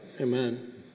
Amen